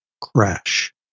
crash